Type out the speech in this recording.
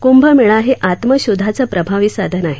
कुंभमेळा हे आत्मशोधाचं प्रभावी साधन आहे